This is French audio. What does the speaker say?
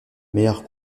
meilleur